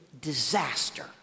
disaster